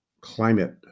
climate